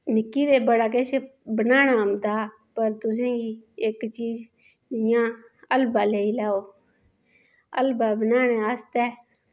मिकी ते बड़ा किश बनाना औंदा पर तुसेंगी इक चीज जि'यां हलवा लेई लाओ हलवा बनाने आस्तै